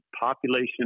population